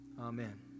amen